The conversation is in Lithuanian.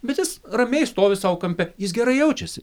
bet jis ramiai stovi sau kampe jis gerai jaučiasi